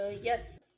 Yes